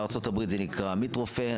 בארצות-הברית זה נקרא "עמית רופא",